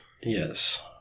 Yes